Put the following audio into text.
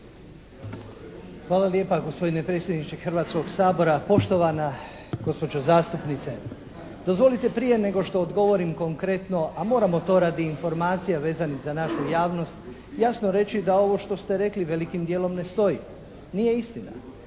Hvala lijepa. Gospodine predsjedniče Hrvatskoga sabora! Poštovana gospođo zastupnice! Dozvolite prije nego što odgovorim konkretno a moramo to radi informacija vezanih za našu javnost jasno reći da ovo što ste rekli velikim dijelom ne stoji. Nije istina.